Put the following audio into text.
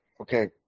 Okay